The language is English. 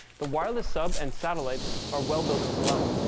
the wireless sub and satellites are well built as well.